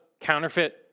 counterfeit